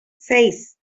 seis